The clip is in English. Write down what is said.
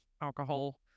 alcohol